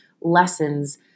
lessons